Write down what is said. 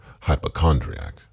hypochondriac